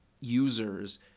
users